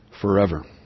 forever